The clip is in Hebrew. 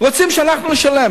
רוצים שאנחנו נשלם.